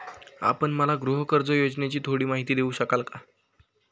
आपण मला गृहकर्ज योजनेची थोडी माहिती देऊ शकाल का?